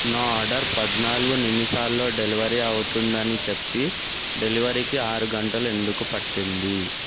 నా ఆర్డరు పద్నాలుగు నిమిషాల్లో డెలివరి అవుతుందని చెప్పి డెలివరీకి ఆరు గంటలు ఎందుకు పట్టింది